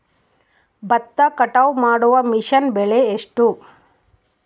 ಭತ್ತ ಕಟಾವು ಮಾಡುವ ಮಿಷನ್ ಬೆಲೆ ಎಷ್ಟು?